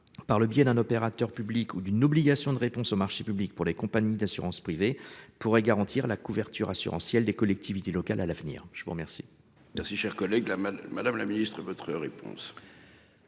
Par le biais d'un opérateur public ou d'une obligation de réponse aux marchés publics pour les compagnies d'assurance privées pourrait garantir la couverture assurantielle des collectivités locales à l'avenir, je vous remercie. Merci cher collègue là. Madame la ministre, votre réponse.